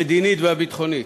המדינית והביטחונית.